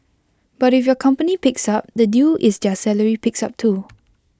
but if your company picks up the deal is their salary picks up too